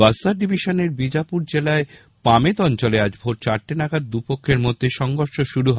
বস্তার ডিভিশনের বীজাপুর জেলায় পামেদ অঞ্চলে আজ ভোর চারটে নাগাদ দু পক্ষের মধ্যে সংঘর্ষ শুরু হয়